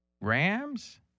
Rams